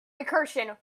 recursion